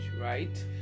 right